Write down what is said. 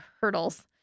hurdles